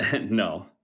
No